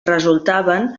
resultaven